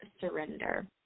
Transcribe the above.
surrender